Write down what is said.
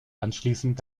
anschließend